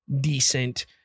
decent